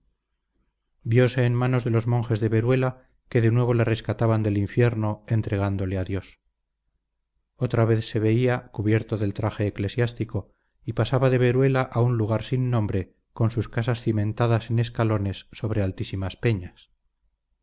viose en manos de los monjes de veruela que de nuevo le rescataban del infierno entregándole a dios otra vez se veía cubierto del traje eclesiástico y pasaba de veruela a un lugar sin nombre con sus casas cimentadas en escalones sobre altísimas peñas